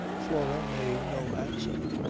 flora made no answer.